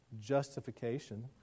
justification